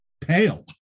pale